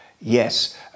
Yes